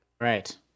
right